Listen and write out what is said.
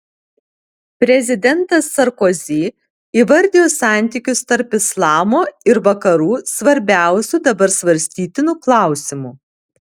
prezidentas sarkozi įvardijo santykius tarp islamo ir vakarų svarbiausiu dabar svarstytinu klausimu